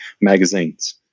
magazines